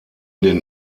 den